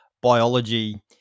biology